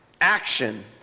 Action